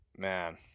man